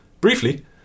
briefly